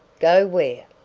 go where?